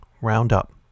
roundup